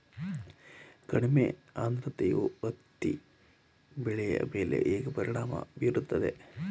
ಕಡಿಮೆ ಆದ್ರತೆಯು ಹತ್ತಿ ಬೆಳೆಯ ಮೇಲೆ ಹೇಗೆ ಪರಿಣಾಮ ಬೀರುತ್ತದೆ?